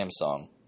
Samsung